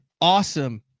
awesome